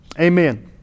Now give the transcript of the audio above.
Amen